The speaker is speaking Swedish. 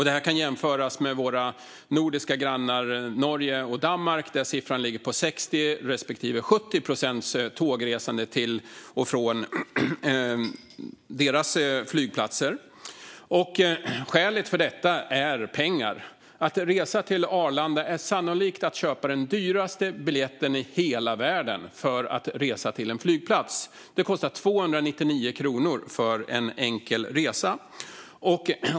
Det kan jämföras med våra nordiska grannar Norge och Danmark där siffran ligger på 60 procents respektive 70 procents tågresande till och från deras flygplatser. Skälet till detta är pengar. Att köpa en biljett för att resa till Arlanda med Arlanda Express innebär sannolikt att köpa den dyraste biljetten i hela världen för att resa till en flygplats. Det kostar 299 kronor för en enkel resa.